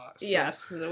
Yes